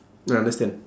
I understand